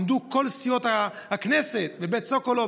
עמדו כל סיעות הכנסת בבית סוקולוב,